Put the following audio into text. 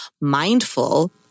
mindful